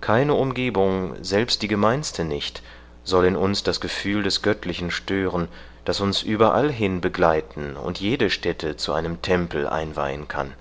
keine umgebung selbst die gemeinste nicht soll in uns das gefühl des göttlichen stören das uns überallhin begleiten und jede stätte zu einem tempel einweihen kann